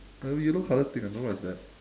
a yellow colour thing I don't know what is that